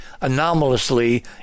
anomalously